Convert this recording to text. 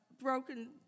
broken